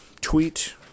tweet